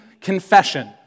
confession